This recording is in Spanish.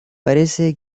parece